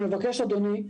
אני מבקש, אדוני,